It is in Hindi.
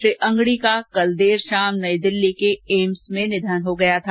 श्री अंगडी का कल देर शाम नई दिल्ली के एम्स में निधन हो गया था